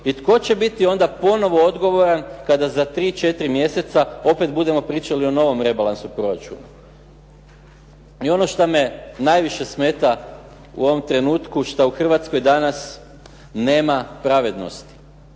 I tko će biti onda ponovo odgovoran kada za 3, 4 mjeseca opet budemo pričali o novom rebalansu proračuna. I ono što me najviše smeta u ovom trenutku šta u Hrvatskoj danas nema pravednosti.